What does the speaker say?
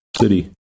City